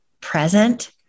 present